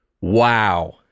Wow